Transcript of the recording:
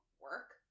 work